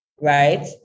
right